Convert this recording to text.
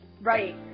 right